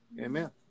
Amen